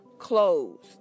closed